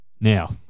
Now